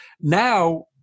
Now